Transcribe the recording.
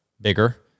bigger